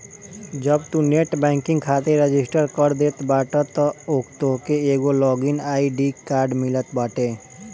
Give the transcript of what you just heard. जब तू net banking खातिर रजिस्टर कर देत बाटअ तअ तोहके एगो लॉग इन आई.डी मिलत बाटे